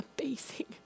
amazing